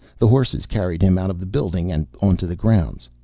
the horses carried him out of the building and onto the grounds.